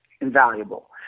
invaluable